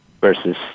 versus